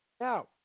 Now